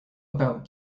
about